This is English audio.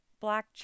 Black